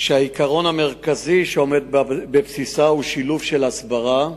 שהעיקרון המרכזי בבסיסה הוא שילוב של הסברה,